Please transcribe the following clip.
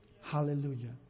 Hallelujah